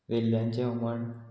वेल्ल्यांचें हुमण